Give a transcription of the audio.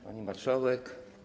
Pani Marszałek!